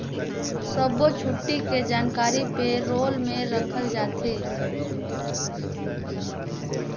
सब्बो छुट्टी के जानकारी पे रोल में रखल जाथे